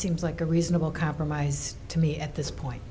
seems like a reasonable compromise to me at this point